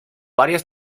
varias